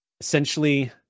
Essentially